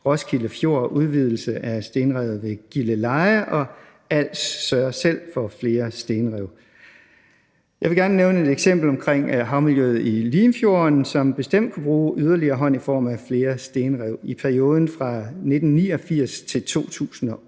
Roskilde Fjord og udvidelse af stenrevet ved Gilleleje, og Als sørger selv for flere stenrev. Jeg vil gerne nævne et eksempel omkring havmiljøet i Limfjorden, som bestemt kunne bruge en yderligere hånd i form af flere stenrev. I perioden fra 1989 til 2008